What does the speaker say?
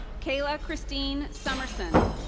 kayla christine summerson.